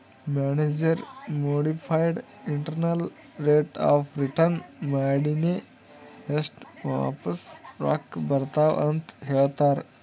manager modified internal rate of return ಮಾಡಿನೆ ಎಸ್ಟ್ ವಾಪಿಸ್ ರೊಕ್ಕಾ ಬರ್ತಾವ್ ಅಂತ್ ಹೇಳ್ತಾರ್